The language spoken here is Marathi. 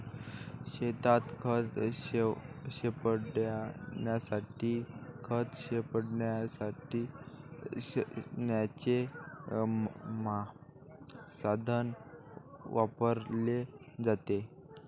शेतात खत शिंपडण्यासाठी खत शिंपडण्याचे साधन वापरले जाते